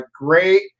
great